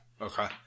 Okay